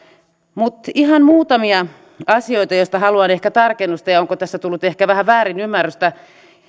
mutta ihan muutamia asioita joista haluan ehkä tarkennusta ja onko tässä tullut ehkä vähän väärinymmärrystä